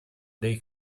dei